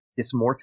Dysmorphic